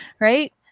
Right